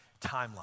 Timeline